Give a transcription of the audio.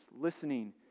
listening